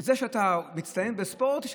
זה שאתה מצטיין בספורט?